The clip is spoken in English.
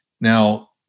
Now